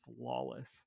flawless